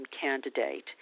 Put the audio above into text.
candidate